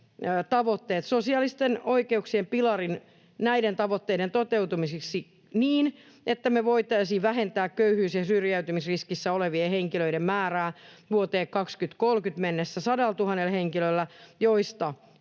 tavoitteet sosiaalisten oikeuksien pilariin näiden tavoitteiden toteutumiseksi niin, että me voitaisiin vähentää köyhyys- ja syrjäytymisriskissä olevien henkilöiden määrää vuoteen 2030 mennessä 100 000 henkilöllä, joista kolmasosan